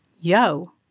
Yo